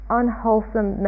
unwholesome